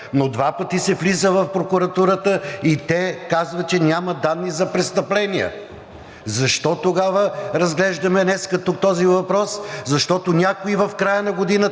но два пъти се влиза в прокуратурата и те казват, че няма данни за престъпления. Защо тогава разглеждаме днес тук този въпрос? Защото някои в края на годината